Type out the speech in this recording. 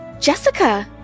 Jessica